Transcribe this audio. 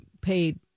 paid